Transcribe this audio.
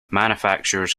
manufactures